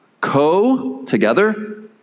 Co-together